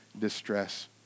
distress